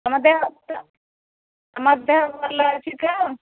ତୁମ ଦେହ ତୁମ ଦେହ ଭଲ ଅଛି ତ